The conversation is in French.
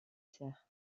sert